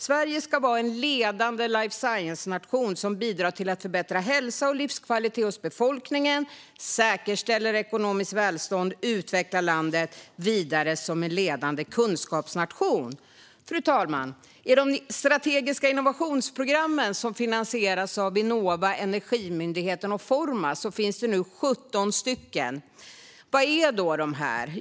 Sverige ska vara en ledande life science-nation som bidrar till att förbättra hälsa och livskvalitet hos befolkningen, säkerställa ekonomiskt välstånd och utveckla landet vidare som en ledande kunskapsnation. Fru talman! Det finns nu 17 strategiska innovationsprogram som finansieras av Vinnova, Energimyndigheten och Formas. Vad är det då för program?